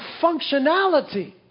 functionality